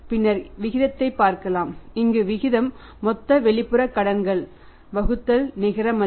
பின்னர் விகிதத்தை பார்க்கலாம் இங்கு விகிதம் மொத்த வெளிப்புற கடன்கள் வகுத்தல் நிகர மதிப்பு